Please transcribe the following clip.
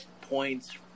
points